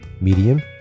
Medium